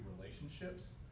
relationships